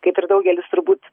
kaip ir daugelis turbūt